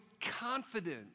confident